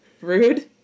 rude